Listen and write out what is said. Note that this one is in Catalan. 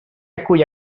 acull